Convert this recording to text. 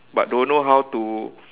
but don't know how to